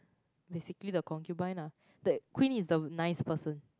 basically the concubine ah the queen is the nice person